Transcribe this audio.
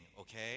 okay